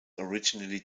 originally